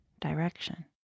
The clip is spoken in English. direction